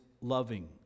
loving